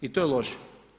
I to je loše.